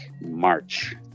March